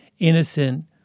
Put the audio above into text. innocent